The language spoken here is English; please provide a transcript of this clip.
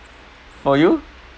for you